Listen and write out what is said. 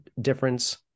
difference